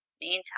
Meantime